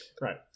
Right